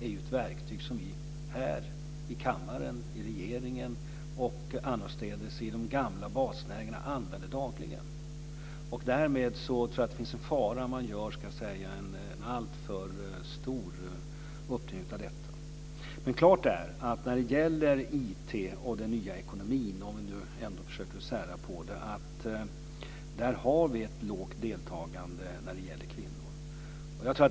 är ett verktyg som vi här i kammaren, i regeringen och annorstädes i de gamla basnäringarna använder dagligen. Därmed finns det en fara att göra en alltför stor uppdelning av detta. Det är klart att när det gäller IT och den nya ekonomin har vi ett lågt deltagande av kvinnor.